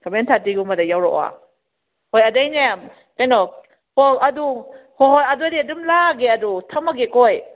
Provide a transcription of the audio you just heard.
seven ꯊꯥꯔꯇꯤꯒꯨꯝꯕꯗ ꯌꯧꯔꯛꯑꯣ ꯍꯣꯏ ꯑꯗꯩꯅꯦ ꯀꯩꯅꯣ ꯑꯣ ꯑꯗꯣ ꯍꯣꯏ ꯍꯣꯏ ꯑꯗꯨꯗꯤ ꯑꯗꯨꯝ ꯂꯥꯛꯑꯒꯦ ꯑꯗꯣ ꯊꯝꯃꯒꯦꯀꯣ ꯑꯩ